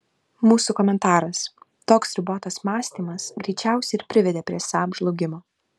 mūsų komentaras toks ribotas mąstymas greičiausiai ir privedė prie saab žlugimo